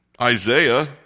Isaiah